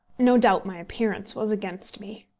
no doubt my appearance was against me.